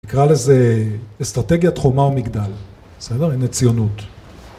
נקרא לזה אסטרטגיית חומה ומגדל, בסדר? הנה ציונות